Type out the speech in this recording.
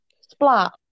Splat